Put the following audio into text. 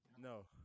No